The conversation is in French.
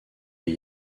est